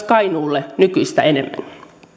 kainuulle nykyistä enemmän